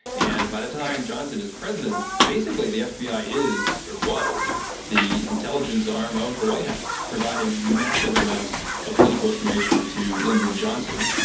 and by the time johnson is president, basically the fbi is or was the intelligence arm of the white house, providing massive amounts of political information to lyndon johnson.